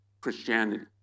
Christianity